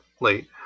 late